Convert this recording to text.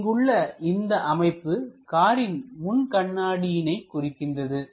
இங்கு உள்ள இந்த அமைப்பு காரின் முன் கண்ணாடியினை குறிக்கின்றது